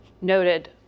NOTED